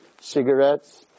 cigarettes